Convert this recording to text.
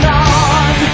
on